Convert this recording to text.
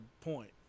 point